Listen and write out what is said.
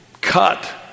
cut